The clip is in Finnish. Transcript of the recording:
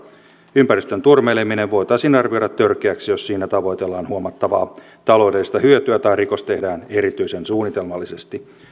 ympäristön turmeleminen voitaisiin arvioida törkeäksi jos siinä tavoitellaan huomattavaa taloudellista hyötyä tai rikos tehdään erityisen suunnitelmallisesti